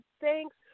thanks